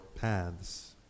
paths